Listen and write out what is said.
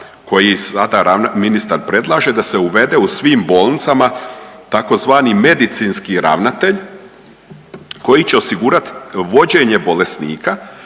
koji sada ministar predlaže, da se uvede u svim bolnicama, tzv. medicinski ravnatelj koji će osigurati vođenje bolesnika